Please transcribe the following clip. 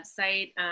website